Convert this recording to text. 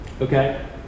Okay